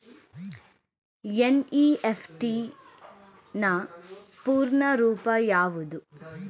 NEFT ನ ಪೂರ್ಣ ರೂಪ ಯಾವುದು?